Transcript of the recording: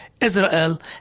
Israel